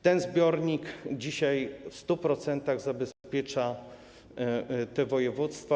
Ten zbiornik dzisiaj w 100% zabezpiecza te województwa.